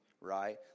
right